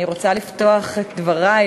אני רוצה לפתוח את דברי,